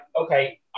okay